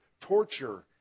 torture